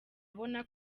abona